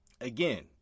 again